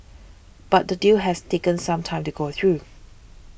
but the deal has taken some time to go through